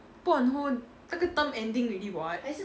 put on hold 那个 term ending already what